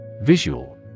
Visual